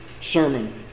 sermon